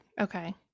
Okay